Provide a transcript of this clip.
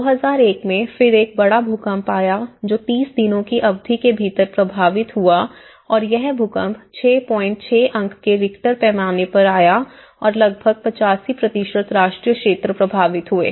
2001 में फिर एक बड़ा भूकंप आया जो 30 दिनों की अवधि के भीतर प्रभावित हुआ और यह भूकंप 66 अंक के रिक्टर पैमाने पर आया और लगभग 85 राष्ट्रीय क्षेत्र प्रभावित हुए